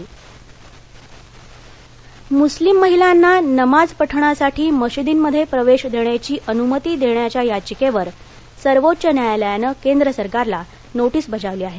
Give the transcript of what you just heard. सर्वोच्च न्यायालय नमाज मुस्लीम महिलांना नमाज पठणासाठी मशिदींमध्ये प्रवेश देण्याची अनुमती देण्याच्या याचिकेवर सर्वोच्च न्यायालयानं केंद्र सरकारला नोटीस बजावली आहे